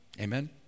Amen